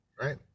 right